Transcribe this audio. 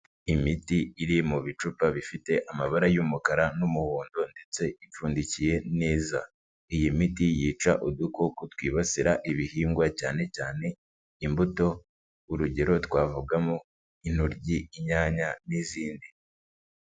Imiti iri mu bicupa bifite amabara y'umukara n'umuhondo ndetse ipfundikiye neza, iyi miti yica udukoko twibasira ibihingwa cyane cyane imbuto, urugero twavugamo intoryi, inyanya n'izindi.